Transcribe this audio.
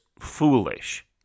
foolish